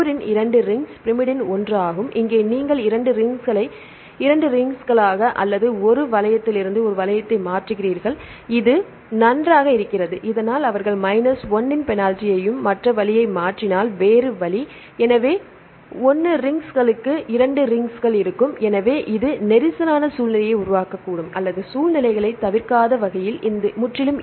purine 2 rings pyrimidine 1ஆகும்